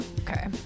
Okay